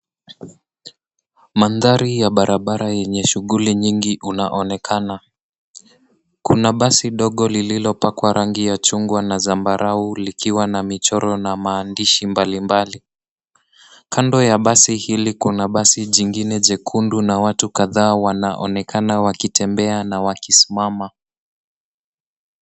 Mandhari ya barabara yenye shughuli nyingi unaonekana. Kuna basi ndogo lililopakwa rangi ya chungwa na zambarau likiwa na michoro na maandishi mbalimbali. Kando ya basi hili kuna basi jingine jekundu na watu kadhaa wanaonekana wakitembea na wakisimama.